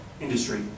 industry